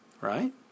Right